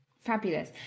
Fabulous